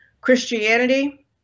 Christianity